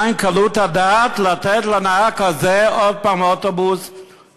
מהי קלות הדעת לתת לנהג הזה עוד פעם לנהוג